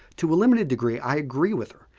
to a limited degree, i agree with her.